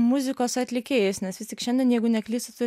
muzikos atlikėjais nes vis tik šiandien jeigu neklystu tu